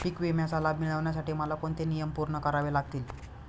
पीक विम्याचा लाभ मिळण्यासाठी मला कोणते नियम पूर्ण करावे लागतील?